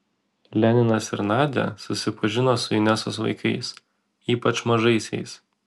leninas ir nadia susipažino su inesos vaikais ypač mažaisiais